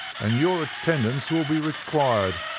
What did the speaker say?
and your attendance will be required.